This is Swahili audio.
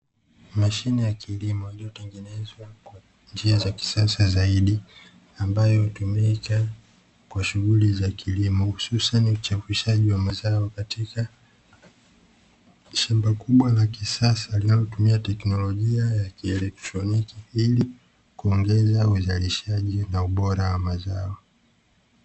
Mashine ya kilimo iliyotengenezwa kwa njia za kisasa zaidi, ambayo hutumika kwa shughuli za kilimo hususani uchavushavu wa mazao katika shamba kubwa la kisasa linalotumia teknolojia ya kielektroniki, ili kuongeza uzalishaji na ubora wa mazao.